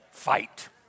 Fight